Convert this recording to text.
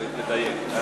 צריך לדייק.